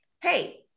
hey